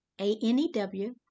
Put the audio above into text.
A-N-E-W